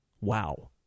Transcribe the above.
Wow